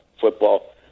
football